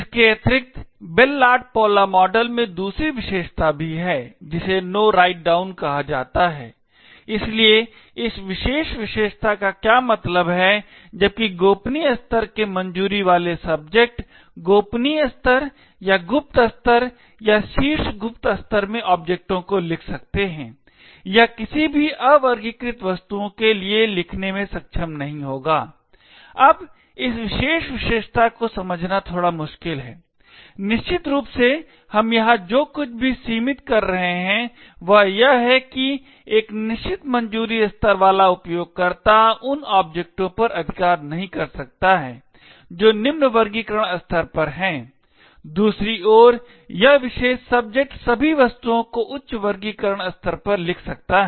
इसके अतिरिक्त Bell LaPadula model में दूसरी विशेषता भी है जिसे नो राइट डाउन कहा जाता है इसलिए इस विशेष विशेषता का क्या मतलब है जबकि गोपनीय स्तर के मंजूरी वाले सब्जेक्ट गोपनीय स्तर या गुप्त स्तर या शीर्ष गुप्त स्तर में ओब्जेक्टों को लिख सकते हैं यह किसी भी अवर्गीकृत वस्तुओं के लिए लिखने में सक्षम नहीं होगा अब इस विशेष विशेषता को समझना थोड़ा मुश्किल है निश्चित रूप से हम यहां जो कुछ भी सीमित कर रहे हैं वह यह है कि एक निश्चित मंजूरी स्तर वाला उपयोगकर्ता उन ओब्जेक्टों पर अधिकार नहीं कर सकता है जो निम्न वर्गीकरण स्तर पर हैं दूसरी ओर यह विशेष सब्जेक्ट सभी वस्तुओं को उच्च वर्गीकरण स्तर पर लिख सकता है